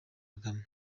kagame